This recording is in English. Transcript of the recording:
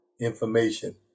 information